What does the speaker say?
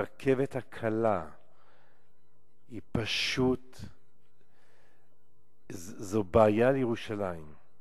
הרכבת הקלה היא פשוט, זאת בעיה לירושלים.